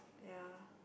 ya